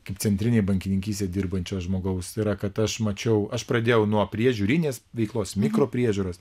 kaip centrinėj bankininkystėj dirbančio žmogaus yra kad aš mačiau aš pradėjau nuo priežiūrinės veiklos mikropriežiūros